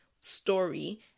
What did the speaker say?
story